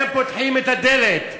הם פותחים את הדלת,